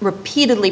repeatedly